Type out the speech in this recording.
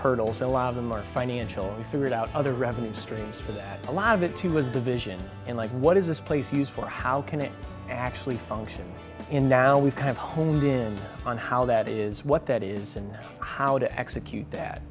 hurdles so a lot of them are financial we figured out other revenue streams for that a lot of it too was the vision and like what is this place used for how can it actually function in now we've kind of honed in on how that is what that is and how to execute that